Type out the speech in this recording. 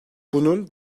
bunun